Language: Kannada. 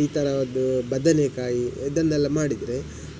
ಈ ಥರದ್ದು ಬದನೇಕಾಯಿ ಇದನ್ನೆಲ್ಲ ಮಾಡಿದರೆ